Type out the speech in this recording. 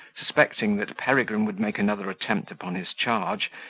suspecting that peregrine would make another attempt upon his charge,